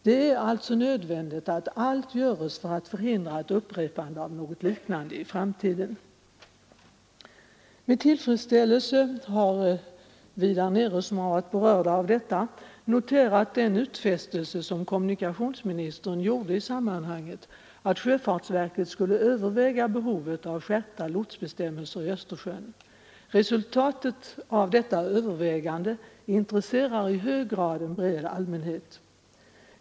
Det är alltså nödvändigt att man gör allt för att förhindra ett upprepande av något liknande i framtiden. Med tillfredsställelse har vi som bor där nere och varit berörda av detta utsläpp noterat den utfästelse som kommunministern gjorde, att sjöfartsverket skall överväga behovet av skärpta lotsbestämmelser i Östersjön. Resultatet av detta övervägande intresserar i hög grad en bred allmänhet.